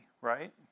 Right